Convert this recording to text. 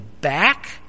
back